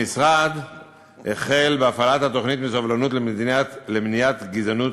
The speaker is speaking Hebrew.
המשרד החל בהפעלת התוכנית "מסובלנות למניעת גזענות